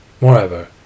Moreover